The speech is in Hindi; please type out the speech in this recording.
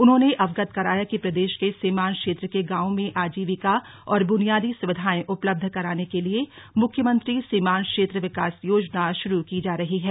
उन्होंने अवगत कराया कि प्रदेश के सीमांत क्षेत्र के गांवों में आजीविका और बुनियादी सुविधाएं उपलब्ध कराने के लिए मुख्यमंत्री सीमांत क्षेत्र विकास योजना शुरू की जा रही है